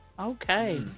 Okay